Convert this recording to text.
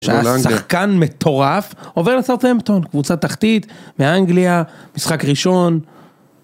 שהשחקן מטורף עובר לצד סמטון, קבוצת תחתית, מאנגליה, משחק ראשון